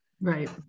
Right